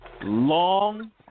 long